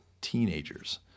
teenagers